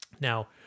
Now